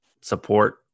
support